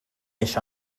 això